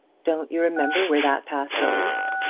don't you remember where that path goes?